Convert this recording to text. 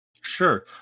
Sure